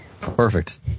Perfect